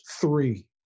three